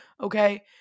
okay